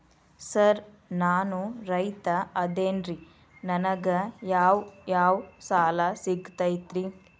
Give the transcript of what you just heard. Sir ನಾನು ರೈತ ಅದೆನ್ರಿ ನನಗ ಯಾವ್ ಯಾವ್ ಸಾಲಾ ಸಿಗ್ತೈತ್ರಿ?